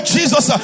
Jesus